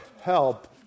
help